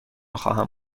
خواهم